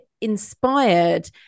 inspired